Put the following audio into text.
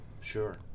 Sure